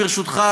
ברשותך,